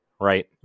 right